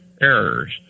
errors